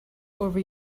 over